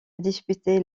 disputer